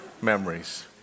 memories